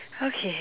okay